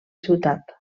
ciutat